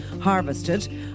harvested